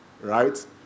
right